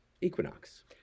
equinox